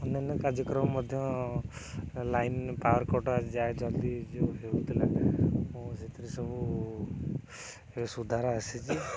ଅନ୍ୟାନ୍ୟ କାର୍ଯ୍ୟକ୍ରମ ମଧ୍ୟ ଲାଇନ ପାୱାର କଟ୍ ଯାଏ ଜଲ୍ଦି ଯେଉଁ ହେଉଥିଲା ମୁଁ ସେଥିରେ ସବୁ ସୁଧାର ଆସିଛି